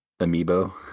amiibo